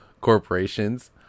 corporations